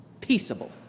peaceable